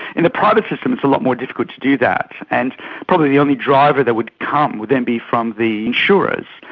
in the private system it's a lot more difficult to do that, and probably the only driver that would come would then be from the insurers,